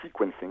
sequencing